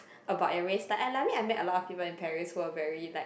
about your race like like I met a lot of people in Paris who were very like